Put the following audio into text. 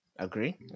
Agree